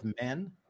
men